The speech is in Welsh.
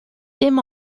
dim